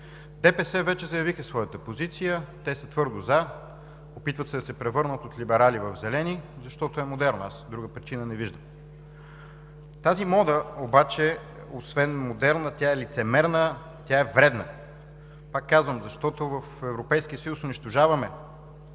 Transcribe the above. ДПС вече заявиха своята позиция. Те са твърдо „за“. Опитват се да се превърнат от либерали в зелени, защото е модерно. Друга причина не виждам. Тази мода обаче освен модерна е лицемерна, тя е вредна, пак казвам, защото в Европейския съюз унищожаваме